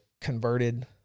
converted